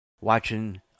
watching